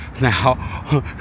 Now